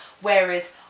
Whereas